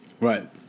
Right